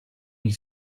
you